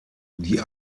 die